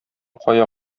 кая